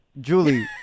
julie